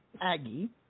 Aggie